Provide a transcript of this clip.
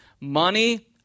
Money